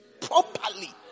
Properly